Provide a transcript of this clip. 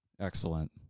Excellent